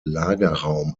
lagerraum